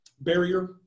barrier